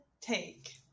take